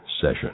session